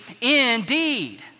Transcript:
indeed